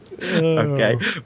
Okay